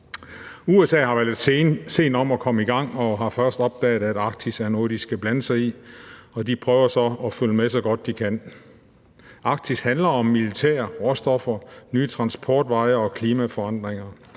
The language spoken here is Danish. USA har været lidt sene til at komme i gang og har først nu opdaget, at Arktis er noget, de skal blande sig i, og de prøver så at følge med, så godt de kan. Arktis handler om militær, råstoffer, nye transportveje og klimaforandringer,